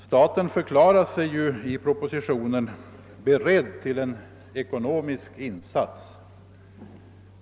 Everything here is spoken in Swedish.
Staten förklarar sig ju i propositionen beredd till en ekonomisk insats.